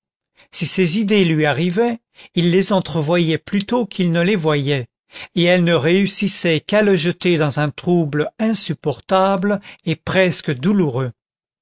si ces idées lui arrivaient il les entrevoyait plutôt qu'il ne les voyait et elles ne réussissaient qu'à le jeter dans un trouble insupportable et presque douloureux